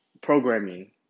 programming